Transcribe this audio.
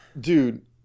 Dude